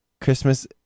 Christmas